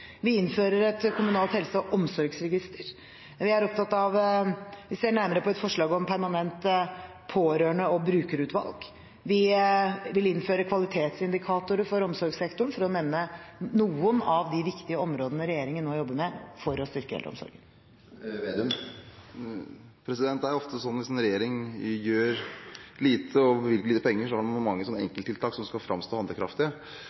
vi innfører et kommunalt helse- og omsorgsregister, vi ser nærmere på et forslag om et permanent pårørende- og brukerutvalg, og vi vil innføre kvalitetsindikatorer for omsorgssektoren – for å nevne noen av de viktige områdene regjeringen nå jobber med for å styrke eldreomsorgen. Hvis en regjering gjør lite og bevilger lite penger, treffer man mange enkelttiltak, slik at man skal framstå som handlekraftig.